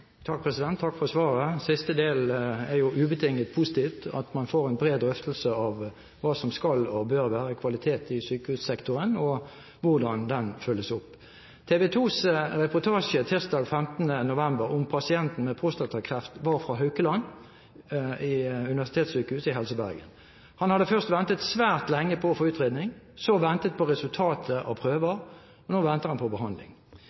Takk for svaret. Siste del er jo ubetinget positiv, at man får en bred drøftelse av hva som skal og bør være kvalitet i sykehussektoren, og hvordan det følges opp. TV 2s reportasje tirsdag 15. november om pasienten med prostatakreft var fra Haukeland universitetssykehus i Helse Bergen. Han hadde først ventet svært lenge på utredning, så ventet på resultatet av prøver, og nå venter han på behandling.